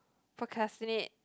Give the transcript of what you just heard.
procrastinate